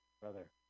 brother